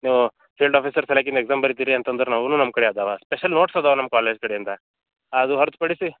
ಹ್ಞೂ field officer ಸಲಾಕಿನ್ exam ಬರೀತೀರಿ ಅಂತ ಅಂದರೆ ಅವುನ್ನು ನಮ್ಮ ಕಡೆ ಅದಾವೆ ಸ್ಪೇಷಲ್ ನೋಡ್ಸ್ ಅದಾವೆ ನಮ್ಮ ಕಾಲೇಜ್ ಕಡೆ ಇಂದ ಅದು ಹೊರತು ಪಡಿಸಿ